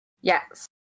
Yes